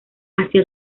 hacia